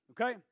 okay